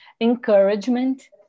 encouragement